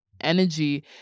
energy